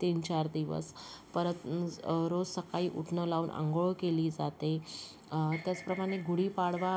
तीनचार दिवस परत रोज सकाळी उटणं लावून अंघोळ केली जाते त्याचप्रमाणे गुढीपाडवा